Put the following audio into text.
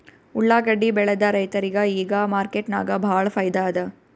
ಉಳ್ಳಾಗಡ್ಡಿ ಬೆಳದ ರೈತರಿಗ ಈಗ ಮಾರ್ಕೆಟ್ನಾಗ್ ಭಾಳ್ ಫೈದಾ ಅದಾ